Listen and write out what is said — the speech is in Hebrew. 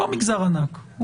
לא מגזר ענק,